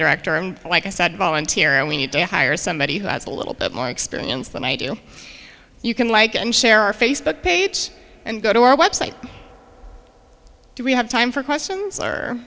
director and like i said volunteer and we need to hire somebody who has a little bit more experience than i do you can like and share our facebook page and go to our website do we have time for questions or